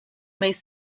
might